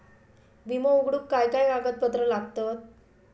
विमो उघडूक काय काय कागदपत्र लागतत?